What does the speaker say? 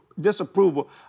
disapproval